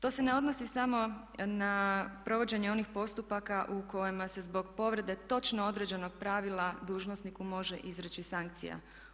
To se ne odnosi samo na provođenje onih postupaka u kojima se zbog povrede točno određenog pravila dužnosniku može izreći sankcija.